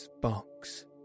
box